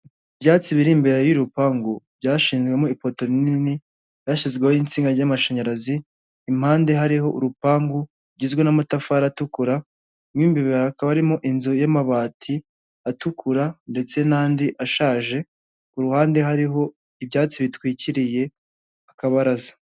Ibyatsi biri imbere y'urupangu, byashizwemo ipoto rinini, ryashyizweho itsinda ry'amashanyarazi impande hariho urupangu rugizwe n'amatafari atukura, n'imbebebakaba arimo inzu y'amabati atukura, ndetse n'andi ashaje kuruhande hariho ibyatsi bitwikiriye akabaraza.